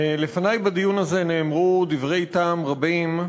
תודה לך, לפני בדיון הזה נאמרו דברי טעם רבים.